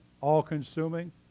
all-consuming